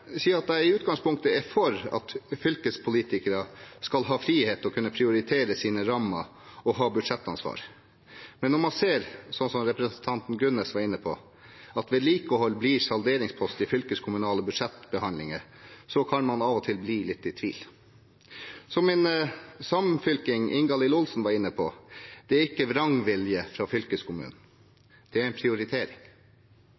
si at jeg i utgangspunktet er for at fylkespolitikere skal ha frihet til å kunne prioritere sine rammer og ha budsjettansvar. Men når man ser, slik representanten Gunnes var inne på, at vedlikehold blir salderingspost i fylkeskommunale budsjettbehandlinger, kan man av og til bli litt i tvil. Som min samfylking Ingalill Olsen var inne på: Det er ikke vrangvilje fra fylkeskommunen,